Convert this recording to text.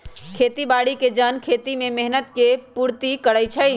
खेती बाड़ी के जन खेती में मेहनत के पूर्ति करइ छइ